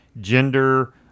gender